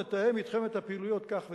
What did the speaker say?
נתאם אתכם את הפעילויות כך וכך,